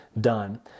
done